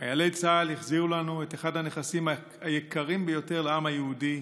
חיילי צה"ל החזירו לנו את אחד הנכסים היקרים ביותר לעם היהודי: